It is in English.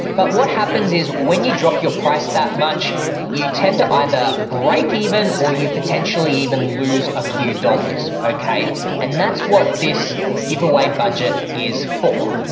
but what happens is when you drop your price that much you tend to either break even, or you potentially even lose a few dollars. and that's what this giveaway budget is for.